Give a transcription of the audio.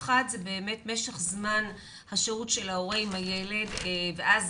האחת זה באמת משך זמן שהות ההורה עם הילד ואז